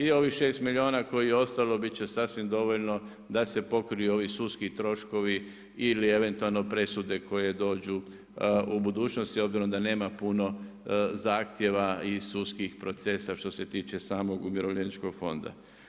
I ovih 6 milijuna kojih je ostalo bit će sasvim dovoljno da se pokriju ovi sudski troškovi ili eventualno presude koje dođe u budućnosti obzirom da nema puno zahtjeva i sudskih procesa što se tiče samog Umirovljeničkog fonda.